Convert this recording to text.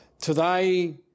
Today